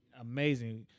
amazing